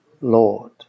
Lord